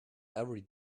every